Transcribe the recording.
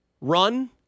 run